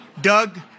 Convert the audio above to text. Doug